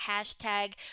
hashtag